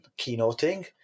keynoting